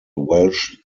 welsh